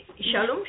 Shalom